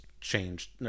changed